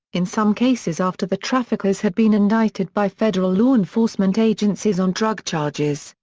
in some cases after the traffickers had been indicted by federal law enforcement agencies on drug charges,